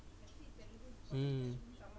mm